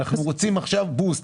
אנחנו רוצים עכשיו "בוסט".